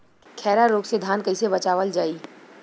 खैरा रोग से धान कईसे बचावल जाई?